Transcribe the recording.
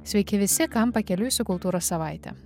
sveiki visi kam pakeliui su kultūros savaite